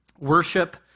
Worship